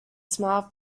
smiled